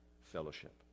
fellowship